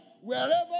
wherever